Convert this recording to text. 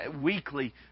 weekly